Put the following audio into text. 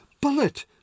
Bullet